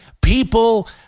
People